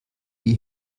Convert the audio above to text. die